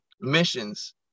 missions